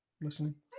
listening